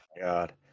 God